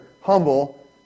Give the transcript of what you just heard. humble